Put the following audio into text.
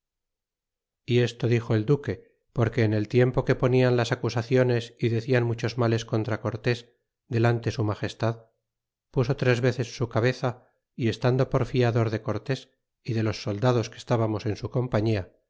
y esto dixo el duque porque en el tiempo que ponían las acusaciones y decian muchos males contra cortes delante su magestad puso tres veces su cabeza y estado por fiador de cortés y de los soldados que estábamos en su compañía